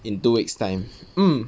in two weeks' time